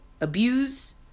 abuse